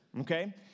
okay